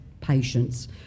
patients